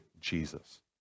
Jesus